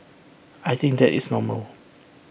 I think that is normal